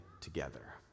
together